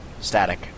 Static